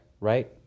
right